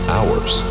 Hours